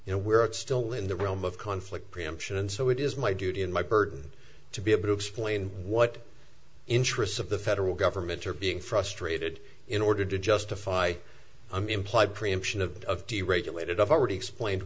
you know where it's still in the realm of conflict preemption and so it is my duty and my burden to be able to explain what interests of the federal government are being frustrated in order to justify an implied preemption of deregulated i've already explained